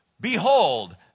behold